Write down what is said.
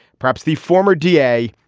perhaps the former d a.